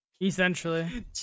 Essentially